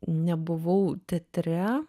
nebuvau teatre